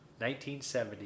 1970